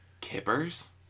Kippers